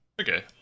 Okay